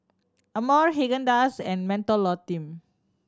Amore Haagen Dazs and Mentholatum